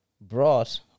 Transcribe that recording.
brought